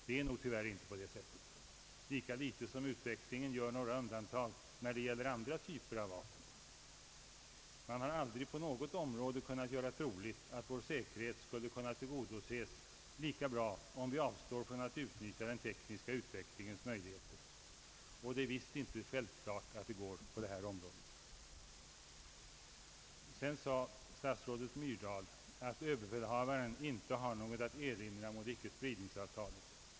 Det är nog tyvärr inte på det sättet, lika litet som utvecklingen gör några undantag när det gäller andra typer av vapen. Man har aldrig på något område kunnat göra troligt att vår säkerhet skulle kunna tillgodoses lika bra om vi avstod från att utnyttja den tekniska utvecklingens möjligheter, och det är visst inte självklart att det är möjligt på detta område. Sedan sade statsrådet Myrdal att överbefälhavaren inte har något att erinra mot icke-spridningsavtalet.